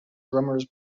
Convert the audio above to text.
drummers